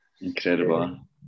Incredible